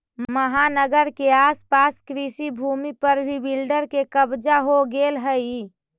महानगर के आस पास कृषिभूमि पर भी बिल्डर के कब्जा हो गेलऽ हई